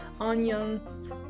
onions